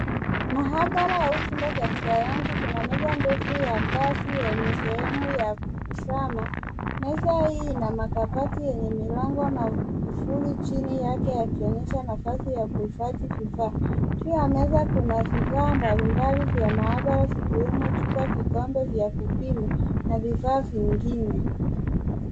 Maabara au chumba cha kisayansi, kuna meza ndefu yenye sehemu ya kusana. Meza hii ina makabati yenye milango na kufuli chini yake akionyesha na nafasi ya kuhifadhi vifaa. Juu ya meza kuna vifaa mbalimbali vya maabara chupa, vikombe vya kupima na vifaa vingine.